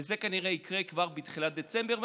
וזה כנראה יקרה כבר בתחילת דצמבר.